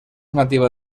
nativa